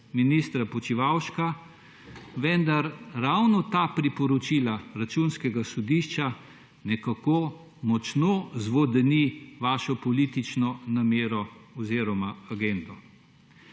ministra Počivalška, ravno zaradi priporočila Računskega sodišča močno zvodeni vaša politična namera oziroma agenda.